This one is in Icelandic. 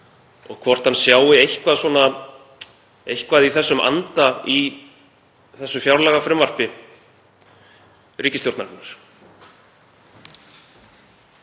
og hvort hann sjái eitthvað í þeim anda í þessu fjárlagafrumvarpi ríkisstjórnarinnar.